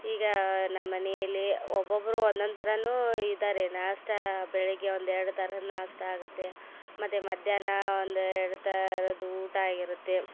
ಈಗ ನಮ್ಮನೆಯಲ್ಲಿ ಒಬ್ಬೊಬ್ಬರು ಒಂದೊಂದು ಥರಾನು ಇದಾರೆ ನಾಷ್ಟ ಬೆಳಗ್ಗೆ ಒಂದು ಎರಡು ಥರ ನಾಷ್ಟ ಆಗುತ್ತೆ ಮತ್ತು ಮಧ್ಯಾಹ್ನ ಒಂದು ಎರಡು ಥರದ್ದು ಊಟ ಆಗಿರುತ್ತೆ